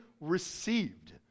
received